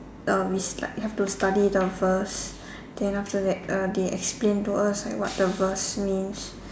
uh we s~ like have to study the verse then after that uh they explain to us like what the verse means